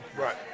Right